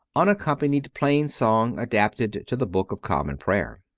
unaccompanied plain-song adapted to the book of common prayer.